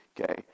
okay